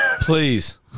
please